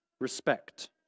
respect